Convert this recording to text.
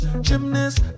gymnast